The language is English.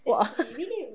!wah!